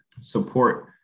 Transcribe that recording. support